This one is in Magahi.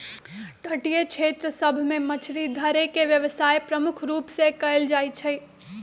तटीय क्षेत्र सभ में मछरी धरे के व्यवसाय प्रमुख रूप से कएल जाइ छइ